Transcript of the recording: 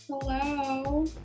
Hello